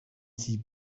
sie